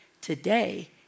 Today